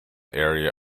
area